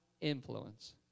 influence